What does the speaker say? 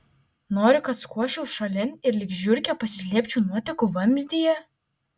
nori kad skuosčiau šalin ir lyg žiurkė pasislėpčiau nuotekų vamzdyje